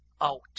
out